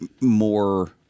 more